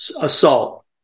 assault